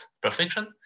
perfection